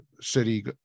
city